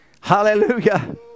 Hallelujah